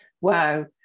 wow